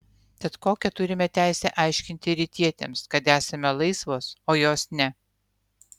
tad kokią turime teisę aiškinti rytietėms kad esame laisvos o jos ne